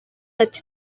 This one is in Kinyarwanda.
ati